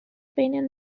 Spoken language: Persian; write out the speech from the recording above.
بین